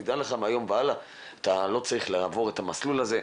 תדע לך מהיום והלאה אתה לא צריך לעבור את המסלול הזה.